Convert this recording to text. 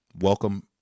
welcome